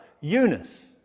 Eunice